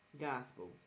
gospel